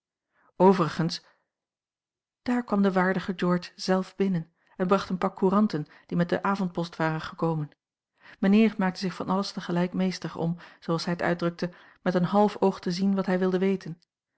daar kwam de waardige george zelf binnen en bracht een pak couranten die met de avondpost waren gekomen mijnheer maakte zich van alles tegelijk meester om zooals hij het uitdrukte met een half oog te zien wat hij wilde weten